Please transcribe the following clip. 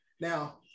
Now